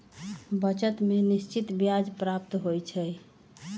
बचत में निश्चित ब्याज प्राप्त होइ छइ